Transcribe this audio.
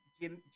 Jim